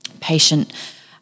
patient